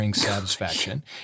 satisfaction